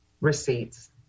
receipts